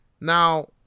Now